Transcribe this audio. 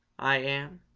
ah am.